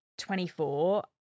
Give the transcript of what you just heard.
24